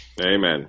Amen